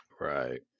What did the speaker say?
Right